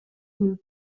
ким